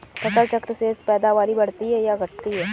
फसल चक्र से पैदावारी बढ़ती है या घटती है?